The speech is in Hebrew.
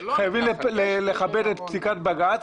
חייבים לכבד את פסיקת בג"ץ,